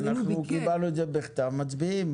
אנחנו קיבלנו את זה בכתב, מצביעים.